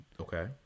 Okay